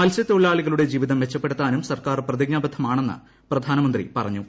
മത്സ്യത്തൊഴിലാളികളുടെ ജീവിതം മെച്ചപ്പെടുത്താനും സ്ർക്കാർ പ്രതിജ്ഞാബദ്ധമാണെന്ന് പ്രധാനമന്ത്രി പറഞ്ഞു